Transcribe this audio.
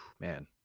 man